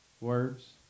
words